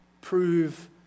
prove